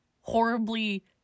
horribly